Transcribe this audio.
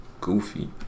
Goofy